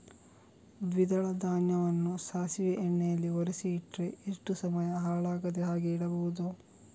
ದ್ವಿದಳ ಧಾನ್ಯವನ್ನ ಸಾಸಿವೆ ಎಣ್ಣೆಯಲ್ಲಿ ಒರಸಿ ಇಟ್ರೆ ಎಷ್ಟು ಸಮಯ ಹಾಳಾಗದ ಹಾಗೆ ಇಡಬಹುದು?